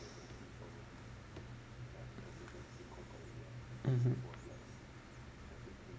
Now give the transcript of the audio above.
mmhmm